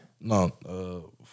No